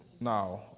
Now